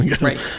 Right